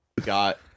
got